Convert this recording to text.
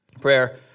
Prayer